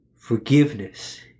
Forgiveness